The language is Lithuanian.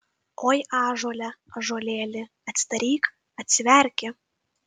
oi ąžuole ąžuolėli atsidaryk atsiverki